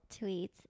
tweets